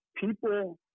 people